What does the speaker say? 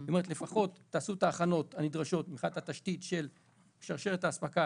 לפחות תעשו את ההכנות הנדרשות מבחינת התשתית של שרשרת האספקה